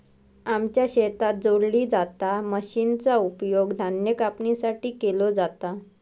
आमच्या शेतात जोडली जाता मशीनचा उपयोग धान्य कापणीसाठी केलो जाता